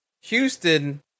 Houston